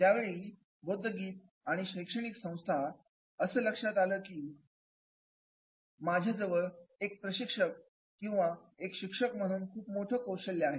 त्यावेळी बुद्ध गीत आणि शैक्षणिक संस्थांच्या असं लक्षात आलं ती माझ्याजवळ एक प्रशिक्षक किंवा एक शिक्षक म्हणून खूप मोठं कौशल्य आहे